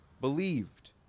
Believed